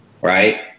Right